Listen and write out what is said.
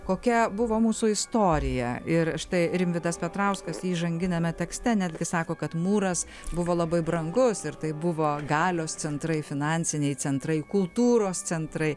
kokia buvo mūsų istorija ir štai rimvydas petrauskas įžanginiame tekste netgi sako kad mūras buvo labai brangus ir tai buvo galios centrai finansiniai centrai kultūros centrai